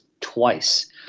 twice